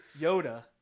Yoda